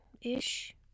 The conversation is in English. ish